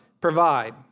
provide